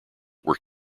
were